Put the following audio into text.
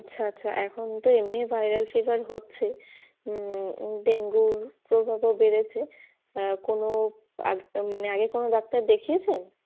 আচ্ছা আচ্ছা এখন তো এমনিই ভাইরাল ফিভার হচ্ছে ডেঙ্গুর প্রভাবও বেড়েছে কোনও আগে মানে আগে কোনও ডাক্তার দেখিয়েছেন